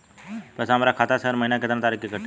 पैसा हमरा खाता से हर महीना केतना तारीक के कटी?